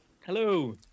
Hello